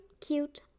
cute